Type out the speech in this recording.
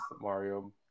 Mario